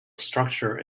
structure